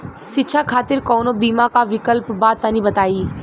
शिक्षा खातिर कौनो बीमा क विक्लप बा तनि बताई?